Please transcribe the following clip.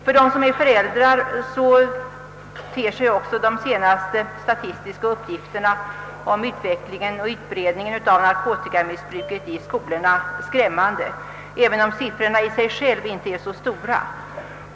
För föräldrar ter sig också de senaste statistiska uppgifterna om utvecklingen och utbredningen av narkotikamissbruket i skolorna skrämmande, även om siffrorna i sig själva inte är så stora.